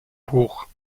hoch